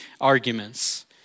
arguments